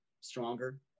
stronger